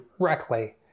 directly